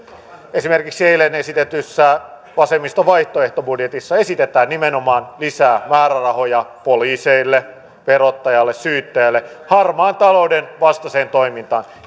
esimerkiksi eilen esitetyssä vasemmiston vaihtoehtobudjetissa esitetään nimenomaan lisää määrärahoja poliiseille verottajalle syyttäjälle harmaan talouden vastaiseen toimintaan niin